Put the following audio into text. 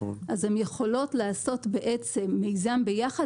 הן יכולות לעשות מיזם ביחד,